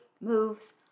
moves